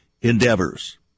endeavors